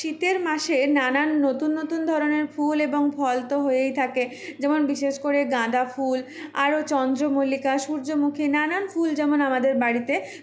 শীতের মাসে নানান নতুন নতুন ধরনের ফুল এবং ফল তো হয়েই থাকে যেমন বিশেষ করে গাঁদা ফুল আরো চন্দ্রমল্লিকা সূর্যমুখী নানান ফুল যেমন আমাদের বাড়িতে